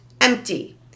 empty